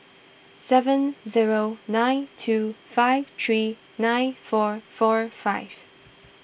seven zero nine two five three nine four four five